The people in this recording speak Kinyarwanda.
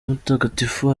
mutagatifu